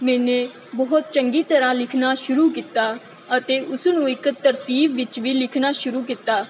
ਮੈਨੇ ਬਹੁਤ ਚੰਗੀ ਤਰ੍ਹਾਂ ਲਿਖਣਾ ਸ਼ੁਰੂ ਕੀਤਾ ਅਤੇ ਉਸਨੂੰ ਇੱਕ ਤਰਤੀਬ ਵਿੱਚ ਵੀ ਲਿਖਣਾ ਸ਼ੁਰੂ ਕੀਤਾ